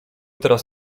teraz